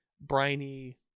briny